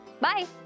bye